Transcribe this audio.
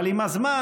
אבל עם הזמן,